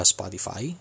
Spotify